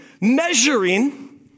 measuring